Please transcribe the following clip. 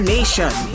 Nation